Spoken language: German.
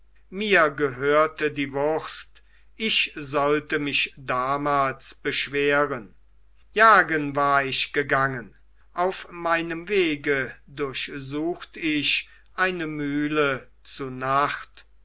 mir gehörte die wurst ich sollte mich damals beschweren jagen war ich gegangen auf meinem wege durchsucht ich eine mühle zu nacht